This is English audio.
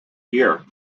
year